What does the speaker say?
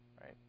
Right